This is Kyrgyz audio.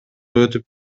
өтүп